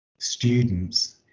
Students